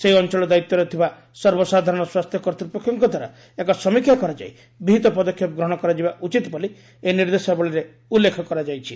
ସେହି ଅଞ୍ଚଳ ଦାୟିତ୍ୱରେ ଥିବା ସର୍ବସାଧାରଣ ସ୍ୱାସ୍ଥ୍ୟ କର୍ତ୍ତୃପକ୍ଷଙ୍କ ଦ୍ୱାରା ଏକ ସମୀକ୍ଷା କରାଯାଇ ବିହିତ ପଦକ୍ଷେପ ଗ୍ରହଣ କରାଯିବା ଉଚିତ ବୋଲି ଏହି ନିର୍ଦ୍ଦେଶାବଳୀରେ ଉଲ୍ଲେଖ କରାଯାଇଛି